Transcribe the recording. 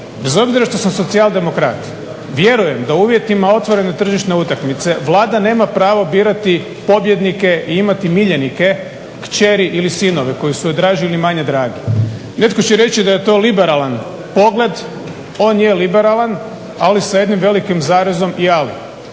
bez obzira što sam socijaldemokrat vjerujem da u uvjetima otvorene tržišne utakmice Vlada nema pravo birati pobjednike i imati miljenike, kćeri ili sinove koji su joj draži ili manje dragi. Netko će reći da je to liberalan pogled, on je liberalan ali sa jednim velikim zarezom i ali.